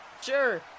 sure